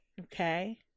okay